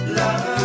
love